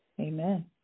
Amen